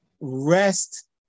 rest